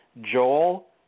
Joel